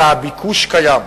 כי הביקוש קיים,